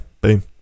boom